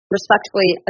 Respectfully